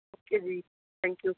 okay ਜੀ thank you